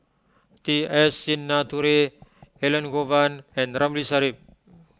T S Sinnathuray Elangovan and Ramli Sarip